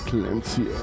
Clancy